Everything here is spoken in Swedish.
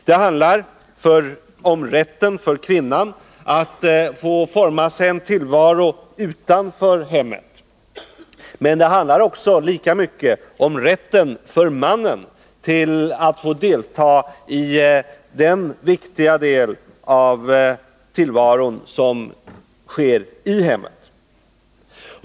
Det handlar om rätten för kvinnan att få forma sig en tillvaro utanför hemmet, men det rör sig lika mycket om rätten för mannen att få delta i den viktiga del av tillvaron som är förlagd till hemmet.